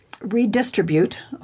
redistribute